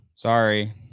Sorry